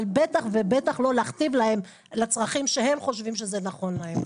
אבל בטח ובטח לא להכתיב להם לצרכים שהם חושבים שזה נכון להם.